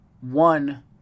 one